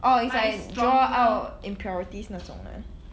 orh it's like draw out impurities 那种 ah